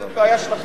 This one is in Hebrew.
זו בעיה שלכם.